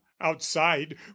outside